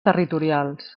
territorials